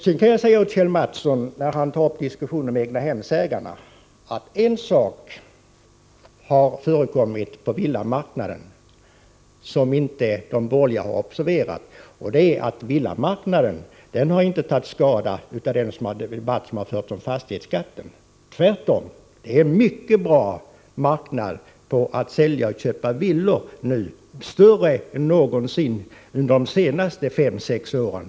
Sedan tog Kjell Mattsson upp en diskussion om egnahemsägarna, och då kan jag säga honom en sak som de borgerliga inte har observerat, nämligen att villamarknaden inte har tagit skada av den debatt som förts om fastighetsskatten. Tvärtom! Det är en mycket bra marknad nu för att sälja och köpa villor — bättre än någonsin under de senaste fem sex åren.